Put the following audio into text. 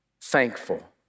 Thankful